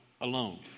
alone